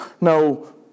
no